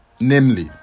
namely